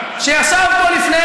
שישב פה לפני,